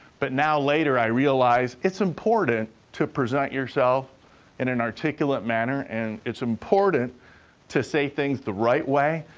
but now, later, i realize it's important to present yourself in an articulate manner, and it's important to say things the right way.